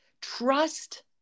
trust